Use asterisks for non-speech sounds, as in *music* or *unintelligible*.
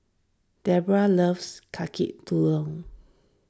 Dedra loves Kaki *unintelligible*